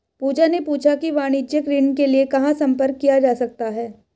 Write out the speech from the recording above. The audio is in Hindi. पूजा ने पूछा कि वाणिज्यिक ऋण के लिए कहाँ संपर्क किया जा सकता है?